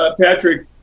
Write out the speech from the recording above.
Patrick